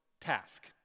task